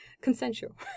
Consensual